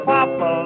Papa